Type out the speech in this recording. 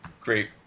Great